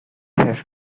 have